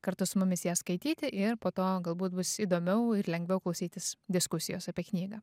kartu su mumis ją skaityti ir po to galbūt bus įdomiau ir lengviau klausytis diskusijos apie knygą